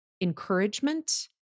encouragement